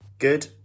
Good